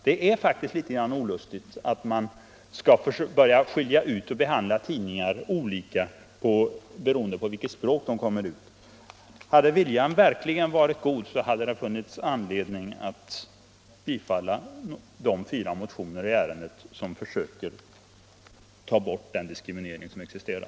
Det är faktiskt litet olustigt att man skall börja skilja ut och behandla tidningar olika beroende på vilket språk de kommer ut på. Hade viljan verkligen varit god hade det funnits anledning att bifalla de fyra motioner i ärendet som försöker ta bort den diskriminering som existerar.